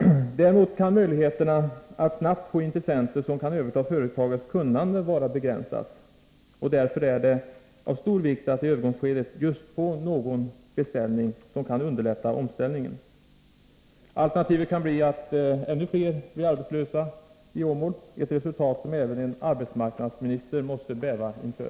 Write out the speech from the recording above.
med sin verksamhet. Möjligheterna att snabbt få intressenter som kan överta företagets kunnande kan vara begränsade. Därför är det av stor vikt att man just i övergångsskedet får någon beställning som kan underlätta omställningen. Alternativet kan bli att Åmål får fler arbetslösa, ett resultat som även en arbetsmarknadsminister måste bäva inför.